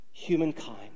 Humankind